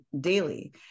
daily